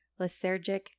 lysergic